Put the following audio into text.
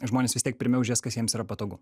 žmonės vis tiek pirmiau žiūrės kas jiems yra patogu